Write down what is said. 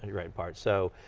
yeah in part. so,